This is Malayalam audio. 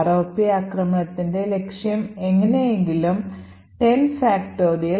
ROP ആക്രമണത്തിന്റെ ലക്ഷ്യം എങ്ങനെയെങ്കിലും 10